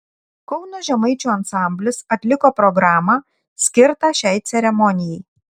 kauno žemaičių ansamblis atliko programą skirtą šiai ceremonijai